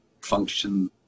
function